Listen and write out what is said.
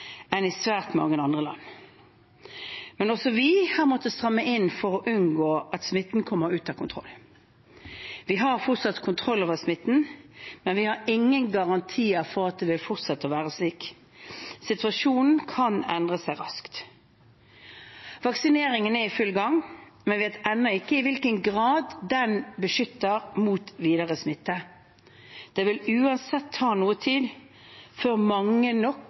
enn i svært mange andre land, men også vi har måttet stramme inn for å unngå at smitten kommer ut av kontroll. Vi har fortsatt kontroll over smitten, men vi har ingen garantier for at det vil fortsette å være slik. Situasjonen kan endre seg raskt. Vaksineringen er i full gang, men vi vet ennå ikke i hvilken grad den beskytter mot videre smitte. Det vil uansett ta noe tid før mange nok